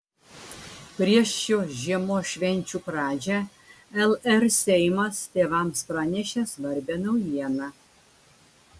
prieš šios žiemos švenčių pradžią lr seimas tėvams pranešė svarbią naujieną